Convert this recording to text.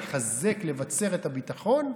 לחזק ולבצר את הביטחון,